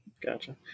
Gotcha